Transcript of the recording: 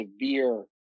severe